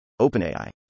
OpenAI